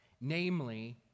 namely